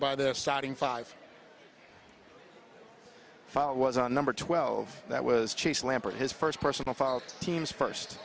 by their starting five if i was on number twelve that was chase lampard his first personal fault team's first